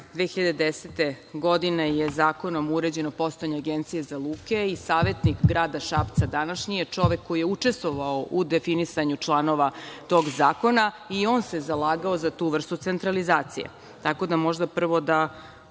2010. godine je zakonom uređeno postojanje Agencije za luke i savetnik grada Šapca današnji je čovek koji je učestvovao u definisanju članova tog zakona. I on se zalagao za tu vrstu centralizacije. Tako da, možda prvo da